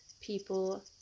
People